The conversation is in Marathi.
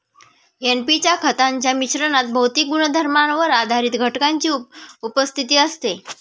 एन.पी च्या खतांच्या मिश्रणात भौतिक गुणधर्मांवर आधारित घटकांची उपस्थिती असते